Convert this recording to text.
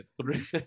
three